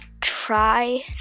try